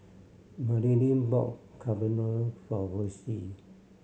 Madilynn bought Carbonara for Versie